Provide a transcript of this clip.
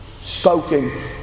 spoken